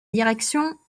direction